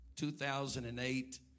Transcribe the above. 2008